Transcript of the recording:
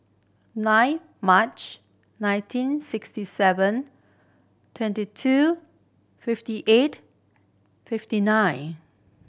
nine March nineteen sixty seven twenty two fifty eight fifty nine